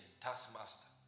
taskmaster